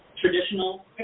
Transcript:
Traditional